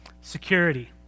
Security